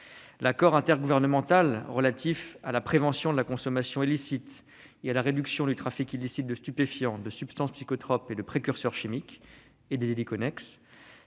L'accord intergouvernemental relatif à la prévention de la consommation illicite et à la réduction du trafic illicite de stupéfiants, de substances psychotropes et de précurseurs chimiques, et des délits connexes,